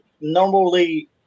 normally